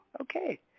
okay